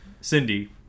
Cindy